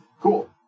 cool